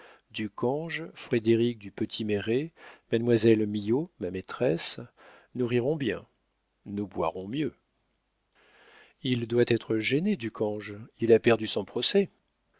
dupuis ducange frédéric du petit méré mademoiselle millot ma maîtresse nous rirons bien nous boirons mieux il doit être gêné ducange il a perdu son procès